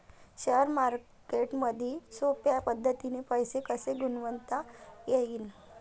Share मार्केटमधी सोप्या पद्धतीने पैसे कसे गुंतवता येईन?